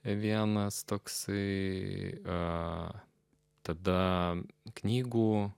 vienas toks kai a tada knygų